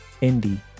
Indy